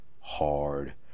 hard